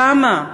כמה,